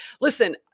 Listen